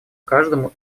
каждому